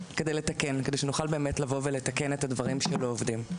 כדי שנוכל באמת לתקן את הדברים שלא עובדים.